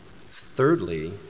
Thirdly